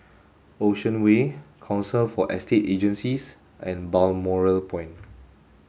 Ocean Way Council for Estate Agencies and Balmoral Point